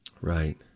Right